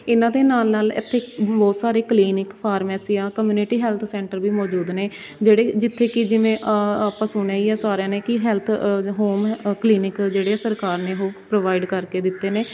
ਇਹਨਾਂ ਦੇ ਨਾਲ ਨਾਲ ਇੱਥੇ ਬਹੁਤ ਸਾਰੇ ਕਲੀਨਿਕ ਫਾਰਮੈਸੀਆਂ ਕਮਿਊਨਟੀ ਹੈਲਥ ਸੈਂਟਰ ਵੀ ਮੌਜੂਦ ਨੇ ਜਿਹੜੇ ਜਿੱਥੇ ਕਿ ਜਿਵੇਂ ਆਪਾਂ ਸੁਣਿਆ ਹੀ ਹੈ ਸਾਰਿਆਂ ਨੇ ਕਿ ਹੈਲਥ ਹੌਮ ਕਲੀਨਿਕ ਜਿਹੜੇ ਸਰਕਾਰ ਨੇ ਉਹ ਪ੍ਰੋਵਾਇਡ ਕਰਕੇ ਦਿੱਤੇ ਨੇ